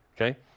okay